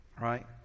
right